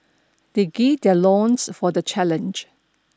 they gird their loins for the challenge